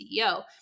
CEO